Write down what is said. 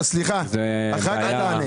זו בעיה.